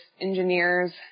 engineers